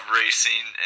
racing